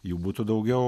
jų būtų daugiau